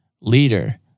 leader